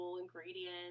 Ingredients